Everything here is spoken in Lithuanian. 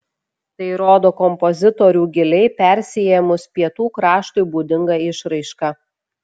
tai rodo kompozitorių giliai persiėmus pietų kraštui būdinga išraiška